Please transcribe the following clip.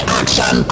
action